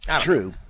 True